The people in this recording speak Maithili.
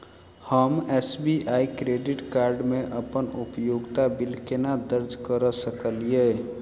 हम एस.बी.आई क्रेडिट कार्ड मे अप्पन उपयोगिता बिल केना दर्ज करऽ सकलिये?